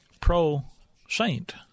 pro-saint